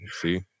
see